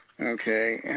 Okay